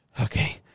Okay